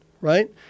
right